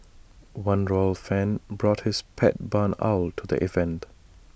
one royal fan brought his pet barn owl to the event